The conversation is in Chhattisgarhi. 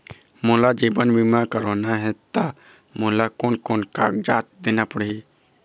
मोला जीवन बीमा करवाना हे ता मोला कोन कोन कागजात देना पड़ही?